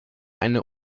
eine